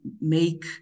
make